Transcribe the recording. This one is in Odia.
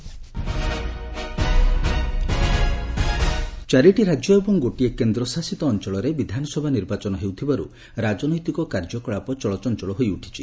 ଆସେମ୍ମି ଇଲେକ୍ସନ୍ ଚାରିଟି ରାଜ୍ୟ ଏବଂ ଗୋଟିଏ କେନ୍ଦ୍ରଶାସିତ ଅଞ୍ଚଳରେ ବିଧାନସଭା ନିର୍ବାଚନ ହେଉଥିବାରୁ ରାଜନୈତିକ କାର୍ଯ୍ୟକଳାପ ଚଳଚଞ୍ଚଳ ହୋଇଉଠିଛି